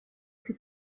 più